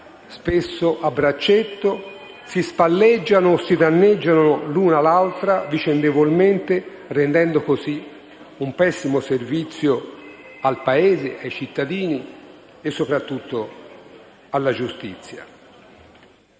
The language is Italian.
spesso a braccetto, si spalleggiano o si danneggiano l'una con l'altra, vicendevolmente, rendendo così un pessimo servizio al Paese, ai cittadini e soprattutto alla giustizia.